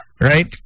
right